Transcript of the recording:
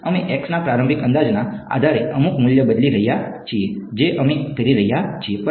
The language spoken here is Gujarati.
અમે X ના પ્રારંભિક અંદાજના આધારે અમુક મૂલ્ય બદલી રહ્યા છીએ જે અમે કરી રહ્યા છીએ